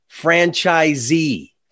franchisee